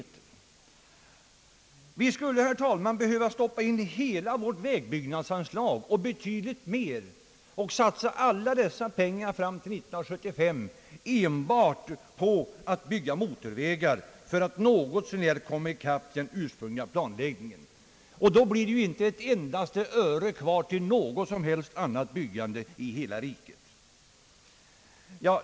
Vi skulle, herr talman, fram till 1975 behöva satsa hela vårt vägbyggnadsanslag och betydligt mer enbart på att bygga motorvägar för att komma i kapp den ursprungliga planläggningen. Då blir inte ett enda öre kvar till något som helst annat byggande i hela riket.